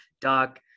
Doc